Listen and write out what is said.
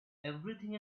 everything